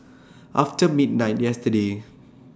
after midnight yesterday